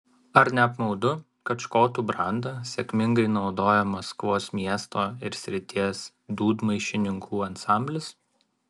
ar ne apmaudu kad škotų brandą sėkmingai naudoja maskvos miesto ir srities dūdmaišininkų ansamblis